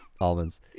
almonds